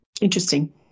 interesting